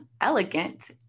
elegant